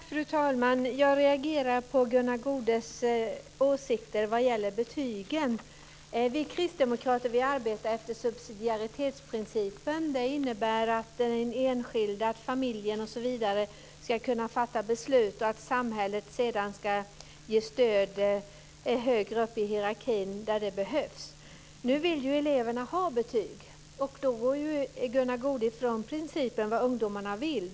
Fru talman! Jag reagerar på Gunnar Goudes åsikt vad gäller betygen. Vi kristdemokrater arbetar efter subsidiaritetsprincipen. Det innebär att den enskilda, familjen m.fl. ska kunna fatta beslut och att samhället sedan högre upp i hierarkin ska ge stöd där det behövs. Nu vill ju eleverna ha betyg. Då går Gunnar Goude ifrån principen vad ungdomarna vill.